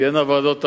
תהיינה ועדות ערר,